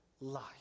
life